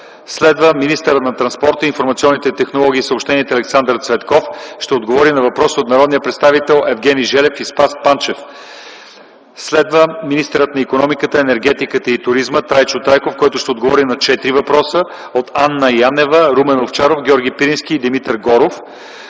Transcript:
Следва Министърът на транспорта, информационните технологии и съобщенията Александър Цветков. Той ще отговори на въпрос от народните представители Евгений Желев и Спас Панчев. Следва Министърът на икономиката, енергетиката и туризма Трайчо Трайков, който ще отговори на четири въпроса от н. п. Анна Янева, Румен Овчаров, Георги Пирински и Димитър Горов.